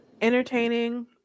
entertaining